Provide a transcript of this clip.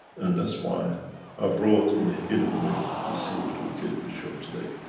and that's why i brought, in a hidden way, the c o two kit we showed today.